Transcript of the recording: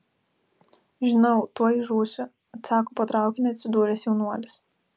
žinau tuoj žūsiu atsako po traukiniu atsidūręs jaunuolis